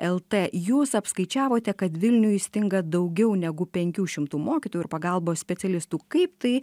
lt jūs apskaičiavote kad vilniui stinga daugiau negu penkių šimtų mokytojų ir pagalbos specialistų kaip tai